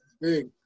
Big